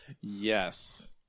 Yes